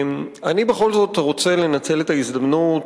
אני בכל זאת רוצה לנצל את ההזדמנות,